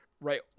right